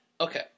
Okay